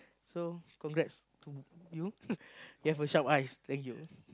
so congrats to you you have sharp eyes thank you